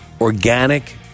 organic